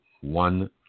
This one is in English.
one